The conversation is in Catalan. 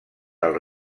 del